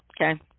Okay